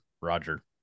Roger